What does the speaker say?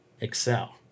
Excel